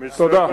מצטער,